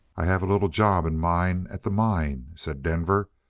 i have a little job in mind at the mine, said denver.